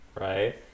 right